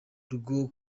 rwo